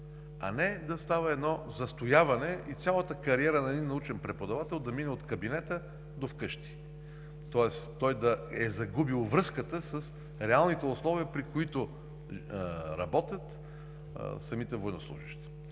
а не да става едно застояване и цялата кариера на един научен преподавател да мине от кабинета до вкъщи, тоест той да е загубил връзката с реалните условия, при които работят самите военнослужещи.